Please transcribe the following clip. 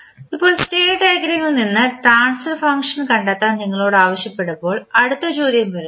ഇപ്പോൾ സ്റ്റേറ്റ് ഡയഗ്രാമിൽ നിന്ന് ട്രാൻസ്ഫർ ഫംഗ്ഷൻ കണ്ടെത്താൻ നിങ്ങളോട് ആവശ്യപ്പെടുമ്പോൾ അടുത്ത ചോദ്യം വരുന്നു